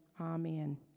amen